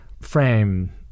frame